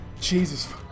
Jesus